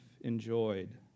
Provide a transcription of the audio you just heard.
enjoyed